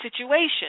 situation